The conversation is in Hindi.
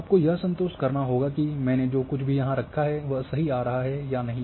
आपको यह संतोष करना होगा कि मैंने जो कुछ भी यहाँ रखा है वह सही आ रहा है या नहीं